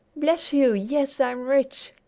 bless you, yes, i'm rich,